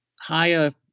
higher